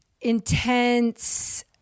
intense